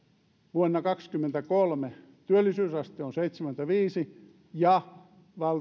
vuonna kaksikymmentäkolme työllisyysaste on seitsemänkymmentäviisi ja